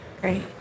Great